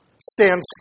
stands